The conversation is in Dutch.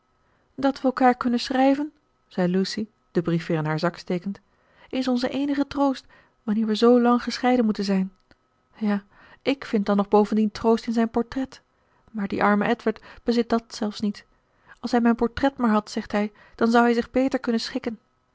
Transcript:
dat we elkaar kunnen schrijven zei lucy den brief weer in haar zak stekend is onze eenige troost wanneer we zoo lang gescheiden moeten zijn ja ik vind dan nog bovendien troost in zijn portret maar die arme edward bezit dàt zelfs niet als hij mijn portret maar had zegt hij dan zou hij zich beter kunnen schikken